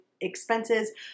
expenses